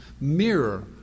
mirror